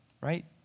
Right